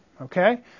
okay